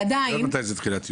את יודעת מתי זה תחילת יולי.